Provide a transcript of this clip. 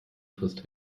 frisst